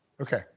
Okay